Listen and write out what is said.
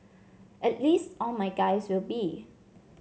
at least all my guys will be